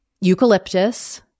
Eucalyptus